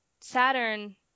saturn